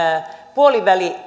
puoliväli